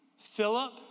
Philip